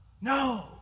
no